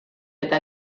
eta